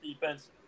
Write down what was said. defense